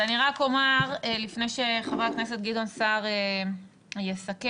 לפני שחבר הכנסת גדעון סער יסכם,